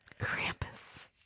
Krampus